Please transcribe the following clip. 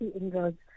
inroads